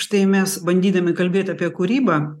štai mes bandydami kalbėt apie kūrybą